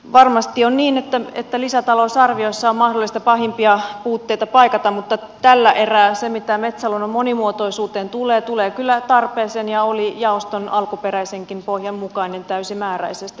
varmasti on niin että lisätalousarviossa on mahdollista pahimpia puutteita paikata mutta tällä erää se mitä metsäluonnon monimuotoisuuteen tulee tulee kyllä tarpeeseen ja oli jaoston alkuperäisenkin pohjan mukaista täysimääräisesti